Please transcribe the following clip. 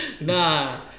nah